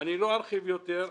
אני לא ארחיב יותר.